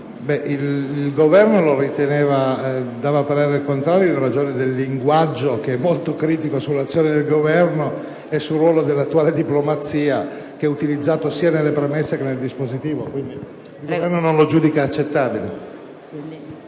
Il Governo esprime parere contrario in ragione del linguaggio molto critico sull'azione del Governo e sul ruolo dell'attuale diplomazia, che è utilizzato sia nelle premesse che nel dispositivo e che il Governo non giudica accettabile.